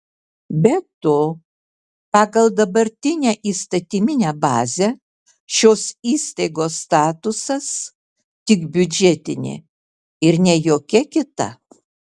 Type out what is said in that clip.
be to pagal dabartinę įstatyminę bazę šios įstaigos statusas tik biudžetinė ir ne jokia kita